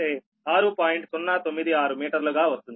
096 మీటర్లు గా వస్తుంది